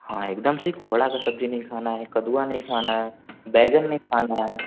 हाँ एकदम सही कोहड़ा का सब्जी नहीं खाना है कद्दुआ नहीं खाना है बैंगन नहीं खाना है